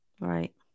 Right